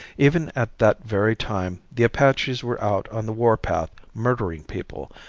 even at that very time the apaches were out on the warpath murdering people,